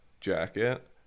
jacket